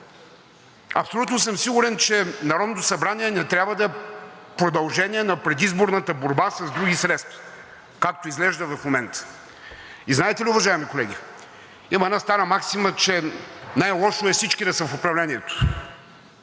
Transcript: Абсолютно съм сигурен, че Народното събрание не трябва да е продължение на предизборната борба с други средства, както изглежда в момента. Знаете ли, уважаеми колеги, има една стара максима, че най-лошо е всички да са в управлението,